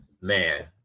man